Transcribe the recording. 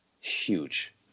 huge